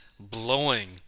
Blowing